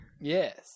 yes